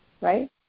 right